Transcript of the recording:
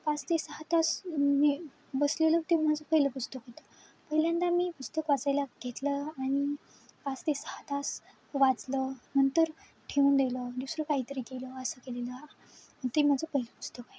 पाच ते सहा तास मी बसलेलं ते माझं पहिलं पुस्तक होतं पहिल्यांदा मी पुस्तक वाचायला घेतलं आणि पाच ते सहा तास वाचलं नंतर ठेवून दिलं दुसरं काहीतरी केलं असं केलेलं ते माझं पहिलं पुस्तक आहे